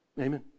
amen